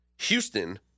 Houston